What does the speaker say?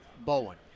Bowen